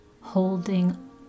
holding